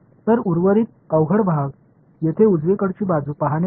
तर उर्वरित अवघड भाग येथे उजवीकडची बाजू पाहणे आहे